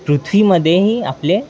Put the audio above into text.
पृथ्वीमध्येही आपले